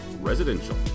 Residential